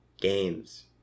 games